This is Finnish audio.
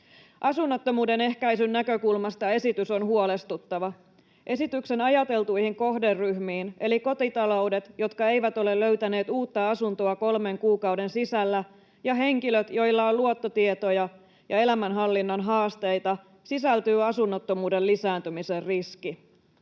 Asunnottomuuden ehkäisyn näkökulmasta esitys on huolestuttava. Esityksen ajateltuihin kohderyhmiin — eli kotitaloudet, jotka eivät ole löytäneet uutta asuntoa kolmen kuukauden sisällä, ja henkilöt, joilla on luottotietomerkintä ja elämänhallinnan haasteita — sisältyy asunnottomuuden lisääntymisen riski.